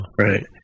Right